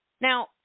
Now